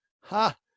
ha